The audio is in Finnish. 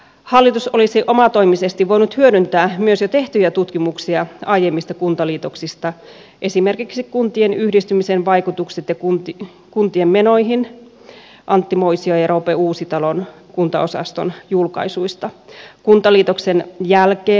hallitus olisi omatoimisesti voinut hyödyntää myös jo tehtyjä tutkimuksia aiemmista kuntaliitoksista esimerkiksi antti moision ja roope uusitalon kuntien yhdistymisen vaikutukset kuntien menoihin kuntaosaston julkaisuista kuntaliitoksen jälkeen